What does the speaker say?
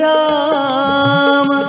Ram